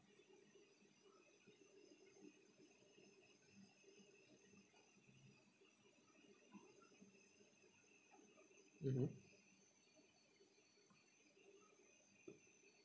mmhmm